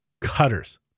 Cutters